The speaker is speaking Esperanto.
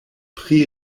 pri